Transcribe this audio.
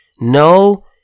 No